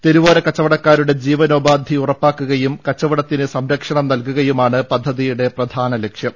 തെരുവോര കച്ചവട ക്കാരുടെ ജീവനോപാധി ഉറപ്പാക്കുകയും കച്ചവടത്തിന് സംരക്ഷണം നൽകുകയുമാണ് പദ്ധതിയുടെ പ്രധാന ലക്ഷ്യം